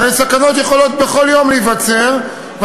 הרי סכנות יכולות להיווצר בכל יום,